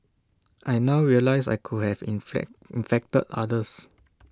I now realise I could have inflect infected others